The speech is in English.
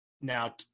now